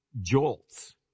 jolts